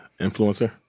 influencer